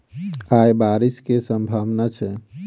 आय बारिश केँ सम्भावना छै?